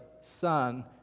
son